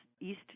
East